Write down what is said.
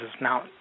Now